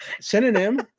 synonym